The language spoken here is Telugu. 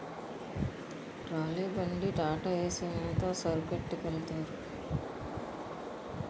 ట్రాలీ బండి టాటాఏసి మీద సరుకొట్టికెలతారు